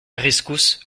rescousse